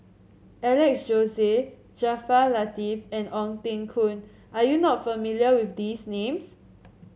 Alex Josey Jaafar Latiff and Ong Teng Koon are you not familiar with these names